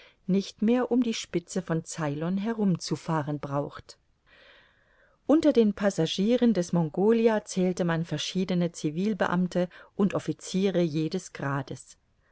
nicht mehr um die spitze von ceylon herum zu fahren braucht unter den passagieren des mongolia zählte man verschiedene civilbeamte und officiere jedes grades